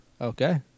Okay